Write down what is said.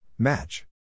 Match